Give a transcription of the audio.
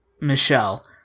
Michelle